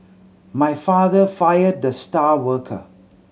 my father fired the star worker